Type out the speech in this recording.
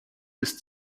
ist